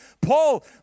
Paul